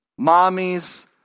Mommies